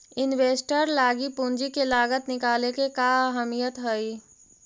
Investor लागी पूंजी के लागत निकाले के का अहमियत हई?